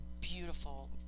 beautiful